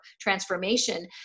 transformation